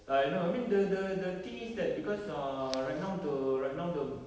ah I know I mean the the the thing is that because err right now the right now the